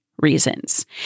reasons